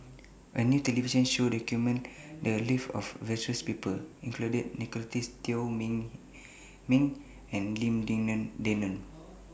A New television Show documented The Lives of various People including Nicolette's Teo Min Min and Lim Denan Denon